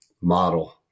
model